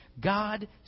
God